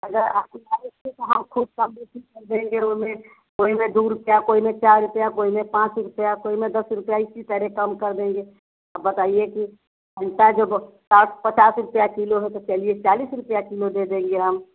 अगर कर देंगे कोई में दो रुपया कोई में चार रुपया कोई में पाँच रुपया कोई में दस रुपया इसी तरह कम कर देंगे अब बताइए कि हमका जो साग पचास रुपया किलो है तो चलिए चालीस रुपया किलो दे देंगे हम